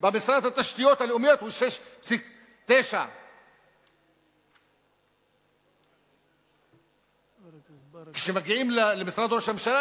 במשרד התשתיות הלאומיות הוא 6.9%. כשמגיעים למשרד ראש הממשלה,